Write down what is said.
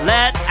Let